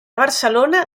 barcelona